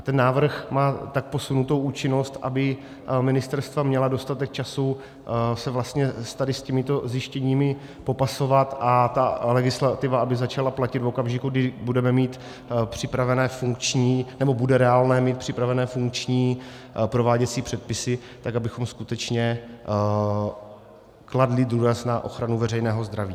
Ten návrh má tak posunutou účinnost, aby ministerstva měla dostatek času se vlastně tady s těmito zjištěními popasovat a ta legislativa aby začala platit v okamžiku, kdy budeme mít připravené funkční, nebo bude reálné mít připravené funkční prováděcí předpisy tak, abychom skutečně kladli důraz na ochranu veřejného zdraví.